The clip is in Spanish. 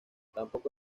tampoco